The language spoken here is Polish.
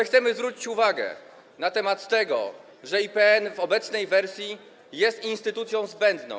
Chcemy zwrócić uwagę na to, że IPN w obecnej wersji jest instytucją zbędną.